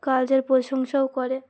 কাজের প্রশংসাও করে